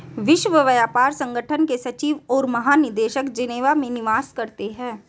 विश्व व्यापार संगठन के सचिव और महानिदेशक जेनेवा में निवास करते हैं